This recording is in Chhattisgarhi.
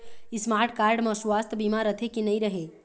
स्मार्ट कारड म सुवास्थ बीमा रथे की नई रहे?